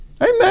Amen